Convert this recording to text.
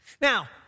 Now